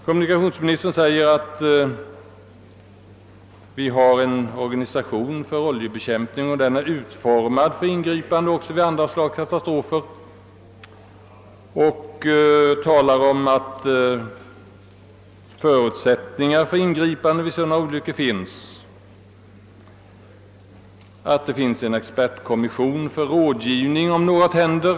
Han säger att vi har en organisation för oljebekämpning och att den är »utformad för ingripanden också vid andra slags katastrofer». Vidare framhåller han att »förutsättningar för ingripanden vid sådana olyckor finns» och att det finns en expertkommission för rådgivning om något händer.